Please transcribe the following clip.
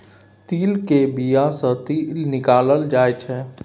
तिल केर बिया सँ तेल निकालल जाय छै